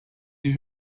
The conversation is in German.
die